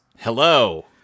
Hello